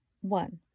One